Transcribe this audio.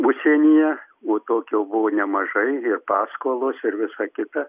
užsienyje o tokio buvo nemažai paskolos ir visa kita